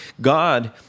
God